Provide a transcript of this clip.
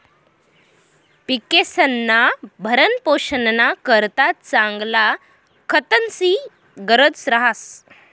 पिकेस्ना भरणपोषणना करता चांगला खतस्नी गरज रहास